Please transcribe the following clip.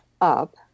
up